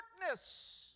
darkness